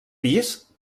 pis